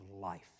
life